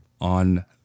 On